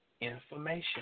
information